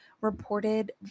reported